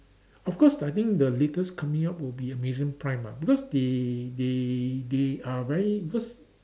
of course I think the latest coming up will be Amazon prime lah because they they they are very because